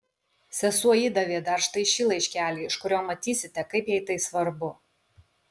sesuo įdavė dar štai šį laiškelį iš kurio matysite kaip jai tai svarbu